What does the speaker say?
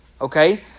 okay